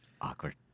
Awkward